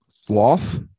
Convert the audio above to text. Sloth